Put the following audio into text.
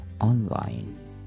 online